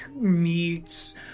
meets